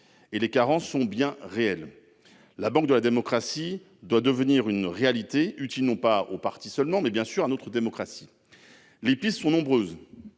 et les carences sont bien réelles. La banque publique de la démocratie doit devenir une réalité, utile non aux seuls partis, mais bien à notre démocratie. Les pistes sont nombreuses